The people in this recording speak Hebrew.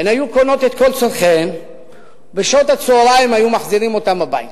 הן היו קונות את כל צורכיהן ובשעות הצהריים היו מחזירים אותן הביתה.